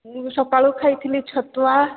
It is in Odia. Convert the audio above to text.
ମୁଁ ବି ସକାଳୁ ଖାଇଥିଲି ଛତୁଆ